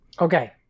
Okay